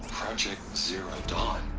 project zero dawn?